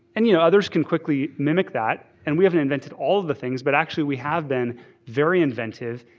and you know others can quickly mimic that. and we haven't invented all the things, but actually we have been very inventive.